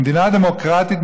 במדינה דמוקרטית,